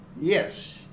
Yes